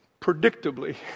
predictably